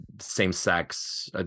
same-sex